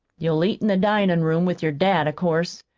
you'll eat in the dinin'-room with your dad, of course.